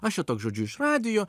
aš čia toks žodžiu iš radijo